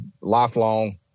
lifelong